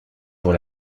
pour